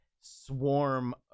swarm